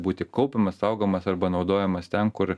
būti kaupiamas saugomas arba naudojamas ten kur